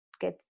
get